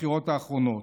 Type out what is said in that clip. בבחירות האחרונות,